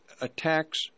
attacks